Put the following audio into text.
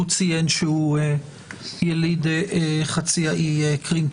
הוא ציין שהוא יליד חצי האי קרים.